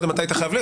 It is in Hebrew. קודם היית חייב לי,